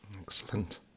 Excellent